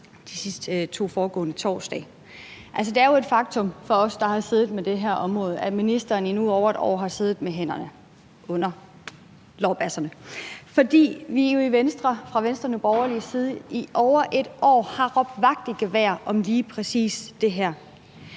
TV 2 de to foregående torsdage. Altså, det er jo et faktum for os, der har siddet med det her område, at ministeren i nu over et år har siddet med hænderne under lårbasserne, fordi vi jo fra Venstre og Nye Borgerliges side i over et år har råbt vagt i gevær om lige præcis det her,